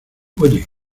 oye